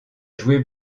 joué